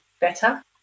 better